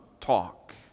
talk